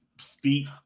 Speak